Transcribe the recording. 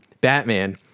Batman